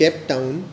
Cape Town